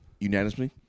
unanimously